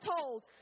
told